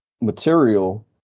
material